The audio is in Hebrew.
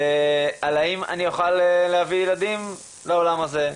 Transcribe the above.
האם אני אוכל להביא ילדים לעולם הזה,